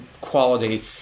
quality